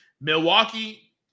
Milwaukee